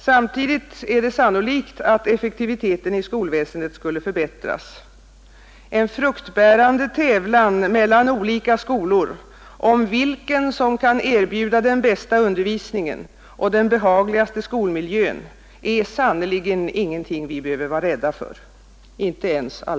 Samtidigt är det sannolikt att effektiviteten i skolväsendet skulle förbättras. En fruktbärande tävlan mellan olika skolor — även allmänna skolor — om vilken som kan erbjuda den bästa undervisningen och den behagligaste skolmiljön är sannerligen ingenting som vi behöver vara rädda för.